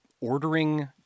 ordering